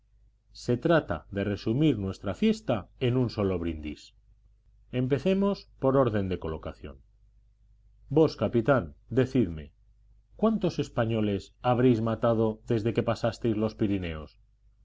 se trata de resumir nuestra fiesta en un solo brindis empecemos por orden de colocación vos capitán decidme cuántos españoles habréis matado desde que pasasteis los pirineos